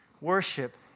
worship